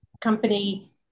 company